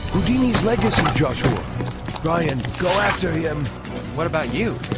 eugenie's legacy joshua brian go after him what about you?